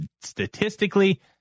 statistically